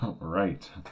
right